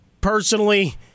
personally